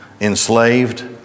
enslaved